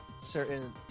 certain